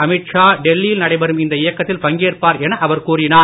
அமித் ஷா டெல்லியில் நடைபெறும் இந்த இயக்கத்தில் பங்கேற்பார் என அவர் கூறினார்